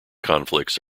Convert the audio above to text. conflicts